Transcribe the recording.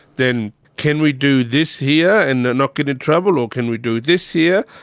then can we do this here and not get in trouble, or can we do this here,